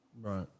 Right